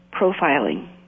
profiling